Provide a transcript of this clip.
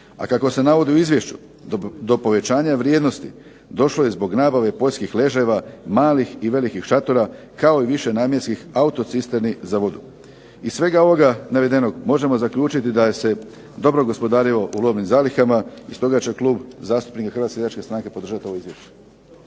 A kako se navodi u izvješću do povećanja vrijednosti došlo je zbog nabave poljskih ležajeva, malih i velikih šatora kao i višenamjenskih autocisterni za vodu. Iz svega ovoga navedenog možemo zaključiti da je se dobro gospodarilo u robnim zalihama i stoga će klub HSS-a podržati ovo izvješće.